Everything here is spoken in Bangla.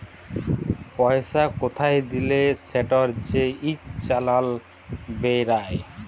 পইসা কোথায় দিলে সেটর যে ইক চালাল বেইরায়